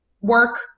work